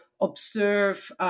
observe